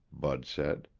bud said.